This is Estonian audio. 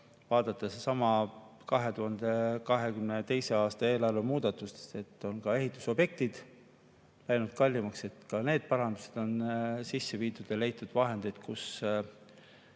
vaadata sedasama 2022. aasta eelarve muudatust, et ka ehitusobjektid on läinud kallimaks, ka need parandused on sisse viidud ja on leitud vahendeid, kus